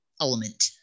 element